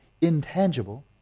intangible